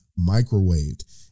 microwaved